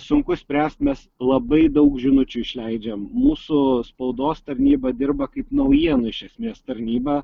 sunku spręst mes labai daug žinučių išleidžiam mūsų spaudos tarnyba dirba kaip naujienų iš esmės tarnyba